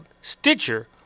Stitcher